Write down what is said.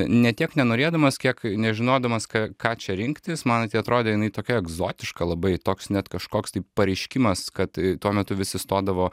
ne tiek nenorėdamas kiek nežinodamas ką ką čia rinktis man tai atrodė jinai tokia egzotiška labai toks net kažkoks tai pareiškimas kad tuo metu visi stodavo